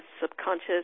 subconscious